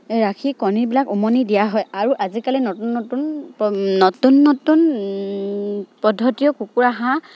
ৰাখি কণীবিলাক উমনি দিয়া হয় আৰু আজিকালি নতুন নতুন প নতুন নতুন পদ্ধতিৰে কুকুৰা হাঁহ